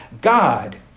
God